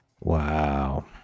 Wow